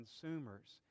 consumers